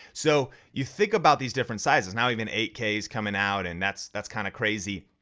so, you think about these different sizes. now even eight k is coming out and that's that's kind of crazy.